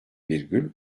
virgül